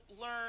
learn